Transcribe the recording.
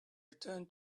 return